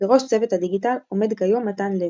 בראש צוות הדיגיטל עומד כיום מתן לוי.